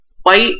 white